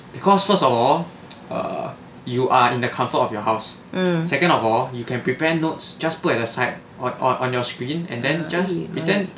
because first of all err you are in the comfort of your house second of all you can prepare notes just put at the side on on on your screen and then just pretend